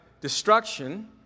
destruction